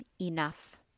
enough